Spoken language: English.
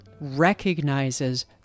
recognizes